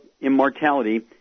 Immortality